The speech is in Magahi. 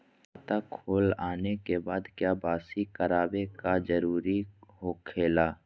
खाता खोल आने के बाद क्या बासी करावे का जरूरी हो खेला?